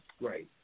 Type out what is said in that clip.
Right